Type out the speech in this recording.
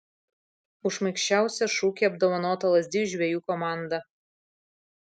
už šmaikščiausią šūkį apdovanota lazdijų žvejų komanda